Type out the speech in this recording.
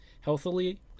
healthily